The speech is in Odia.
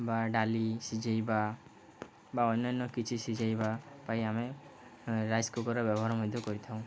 ବା ଡ଼ାଲି ସିଝେଇବା ବା ଅନ୍ୟାନ୍ୟ କିଛି ସିଝେଇବା ପାଇଁ ଆମେ ରାଇସ୍ କୁକର୍ର ବ୍ୟବହାର ମଧ୍ୟ କରିଥାଉ